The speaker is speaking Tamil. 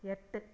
எட்டு